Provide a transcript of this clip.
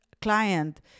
client